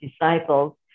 disciples